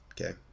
Okay